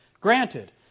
Granted